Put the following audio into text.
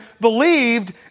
believed